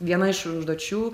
viena iš užduočių